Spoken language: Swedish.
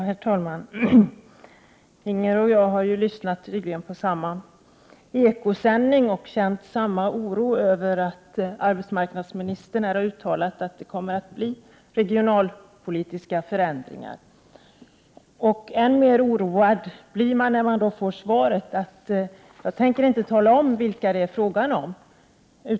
Herr talman! Inger Schörling och jag har tydligen lyssnat på samma Eko-intervju och känt samma oro över att arbetsmarknadsministern uttalat att det kommer att bli regionalpolitiska förändringar. Än mer oroad blir'man när man får svaret att hon inte tänker tala om vilka förändringar det är fråga om.